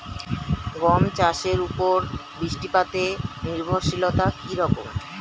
গম চাষের উপর বৃষ্টিপাতে নির্ভরশীলতা কী রকম?